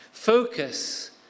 Focus